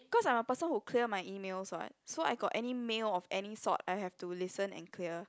cause I'm person who clear my emails what so I got any mail of any sort I have to listen and clear